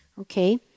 Okay